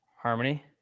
Harmony